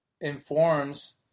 informs